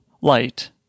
light